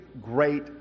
great